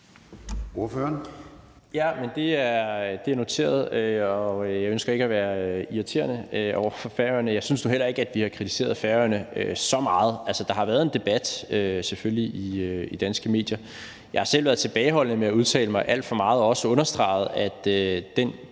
Jarlov (KF): Det er noteret, og jeg ønsker ikke at være irriterende over for Færøerne. Jeg synes nu heller ikke, at vi har kritiseret Færøerne så meget. Altså, der har været en debat, selvfølgelig, i danske medier. Jeg har selv været tilbageholdende med at udtale mig alt for meget og har også understreget, at den